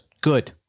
good